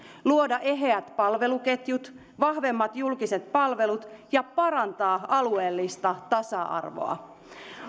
luoda eheät palveluketjut vahvemmat julkiset palvelut ja parantaa alueellista tasa arvoa